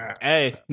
Hey